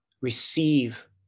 Receive